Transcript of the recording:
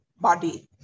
body